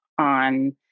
on